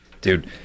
Dude